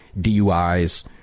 DUIs